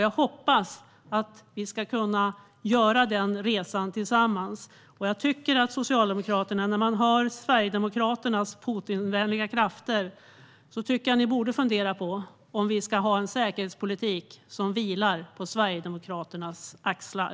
Jag hoppas att vi ska kunna göra den resan tillsammans. När man hör Sverigedemokraternas Putinvänliga krafter tycker jag att Socialdemokraterna borde fundera på om vi ska ha en säkerhetspolitik som vilar på Sverigedemokraternas axlar.